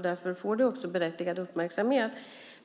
Därför får det också berättigad uppmärksamhet.